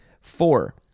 Four